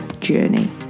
journey